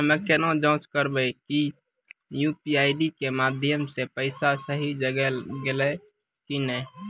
हम्मय केना जाँच करबै की यु.पी.आई के माध्यम से पैसा सही जगह गेलै की नैय?